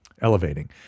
elevating